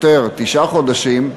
יותר, תשעה חודשים,